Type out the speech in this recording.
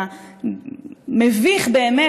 המביך באמת,